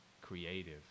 creative